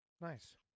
Nice